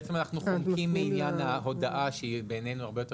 בעצם אנחנו מדברים על עניין ההודאה שבעינינו היא הרבה יותר